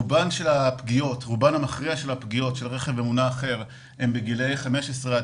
הרוב המכריע של הפגיעות של רכב ממונע אחר הן בגילאי 15 עד